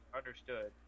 understood